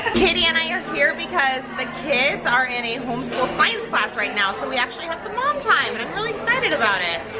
katie and i are here because the kids are in a homeschool science class right now. so we actually have some mom time. but i'm really excited about it.